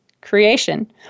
creation